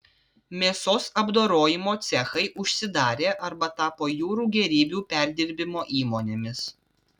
mėsos apdorojimo cechai užsidarė arba tapo jūrų gėrybių perdirbimo įmonėmis